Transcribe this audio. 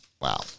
Wow